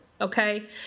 okay